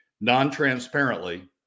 non-transparently